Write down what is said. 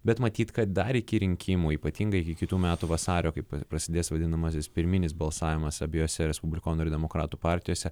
bet matyt kad dar iki rinkimų ypatingai iki kitų metų vasario kai prasidės vadinamasis pirminis balsavimas abiejose respublikonų ir demokratų partijose